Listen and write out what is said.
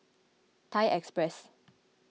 Thai Express